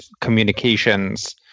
Communications